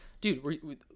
Dude